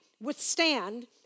withstand